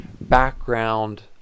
background